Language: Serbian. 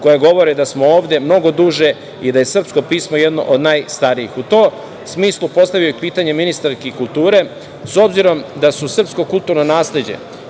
koja govore da smo ovde mnogo duže i da je srpsko pismo jedno od najstarijih.U tom smislu postavio bih pitanje ministarki kulture. S obzirom da su srpsko kulturno nasleđe